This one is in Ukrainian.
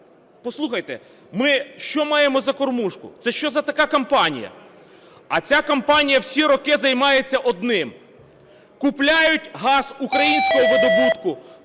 Послухайте, ми що маємо за кормушку, це що за така компанія? А ця компанія всі роки займається одним: купляють газ українського видобутку